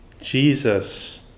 Jesus